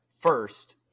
First